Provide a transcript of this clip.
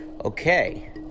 okay